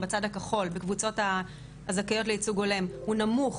בצד הכחול בקבוצות הזכאיות לייצוג הולם הוא נמוך